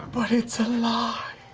but it's a lie.